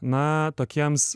na tokiems